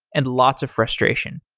and lots of frustration.